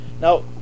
Now